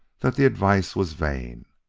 that the advice was vain.